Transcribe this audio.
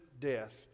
death